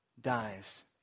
dies